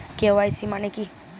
KYC মানে কী?